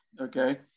okay